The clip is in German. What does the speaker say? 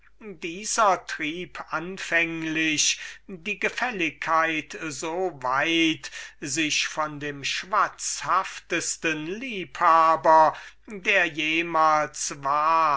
dieser trieb die gefälligkeit anfänglich so weit sich von dem schwatzhaftesten liebhaber der jemals gewesen war